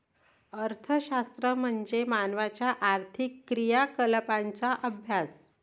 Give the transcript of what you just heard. अर्थशास्त्र म्हणजे मानवाच्या आर्थिक क्रियाकलापांचा अभ्यास